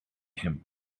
him